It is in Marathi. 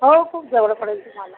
हो खूप जवळ पडेल तुम्हाला